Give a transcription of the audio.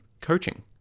coaching